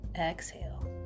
exhale